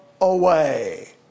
away